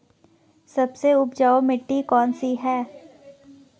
सबसे उपजाऊ मिट्टी कौन सी है?